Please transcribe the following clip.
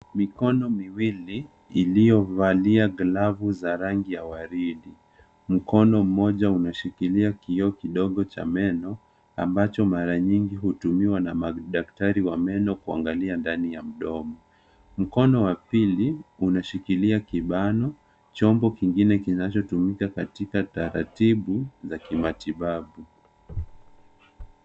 Mikono miwili iliyovalia glavu za rangi ya waridi. Mkono mmoja unashikilia kioo kidogo cha meno, ambacho mara nyingi hutumiwa na madaktari wa meno kuangalia ndani ya mdomo. Mkono wa pili unashikilia kibano, chombo kingine kinachotumika katika taratibu za kimatibabu.